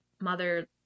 mother